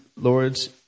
Lord's